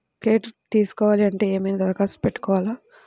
Credit తీసుకోవాలి అంటే ఏమైనా దరఖాస్తు పెట్టుకోవాలా?